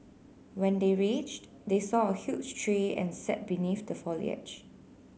when they reached they saw a huge tree and sat beneath the foliage